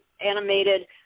animated